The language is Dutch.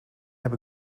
heb